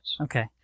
Okay